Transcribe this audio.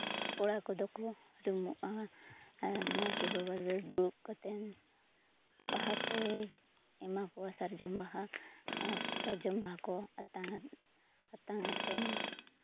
ᱠᱚᱲᱟ ᱠᱚᱫᱚ ᱠᱚ ᱨᱩᱢᱩᱜᱼᱟ ᱟᱨ ᱱᱟᱭᱠᱮ ᱵᱟᱵᱟ ᱫᱚ ᱫᱩᱲᱩᱵ ᱠᱟᱛᱮᱫ ᱵᱟᱦᱟ ᱠᱚᱭ ᱮᱢᱟ ᱠᱚᱣᱟ ᱥᱟᱨᱡᱚᱢ ᱵᱟᱦᱟ ᱥᱟᱨᱡᱚᱢ ᱵᱟᱦᱟ ᱠᱚ ᱟᱛᱟᱝᱟ ᱟᱛᱟᱝ ᱠᱟᱛᱮᱫ